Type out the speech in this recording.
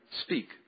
speak